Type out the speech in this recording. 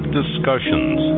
discussions